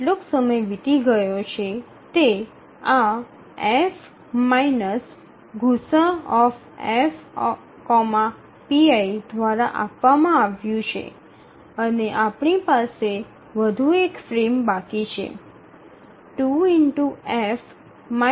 કેટલો સમય વીતી ગયો છે તે આ F ગુસાઅF pi દ્વારા આપવામાં આવ્યું છે અને આપણી પાસે વધુ એક ફ્રેમ બાકી છે